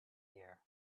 year